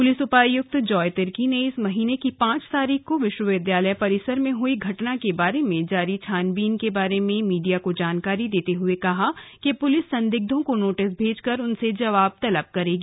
police उपायुक्त जॉय तिर्की ने इस महीने की पांच तारीख को विश्वविद्यालय परिसर में हुई घटना के बारे में जारी छानबीन के बारे में मीडिया को जानकारी देते हुए कहा कि पुलिस संदिग्धों को नोटिस भेज कर उनसे जवाब तलब करेगी